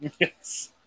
Yes